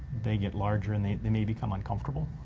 they get larger, and they they may become uncomfortable.